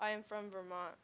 i am from vermont